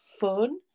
fun